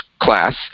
class